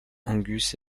angus